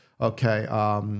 okay